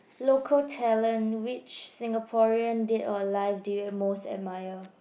local talent which Singaporean dead or alive do you most admire